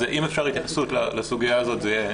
אם אפשר לקבל התייחסות לסוגיה הזאת, זה יהיה